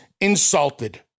insulted